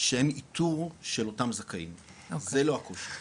שאין איתור של אותם זכאים, זה לא הקושי.